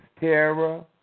terror